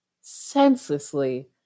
senselessly